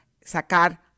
sacar